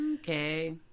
Okay